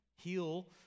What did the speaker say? heal